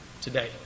today